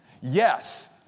Yes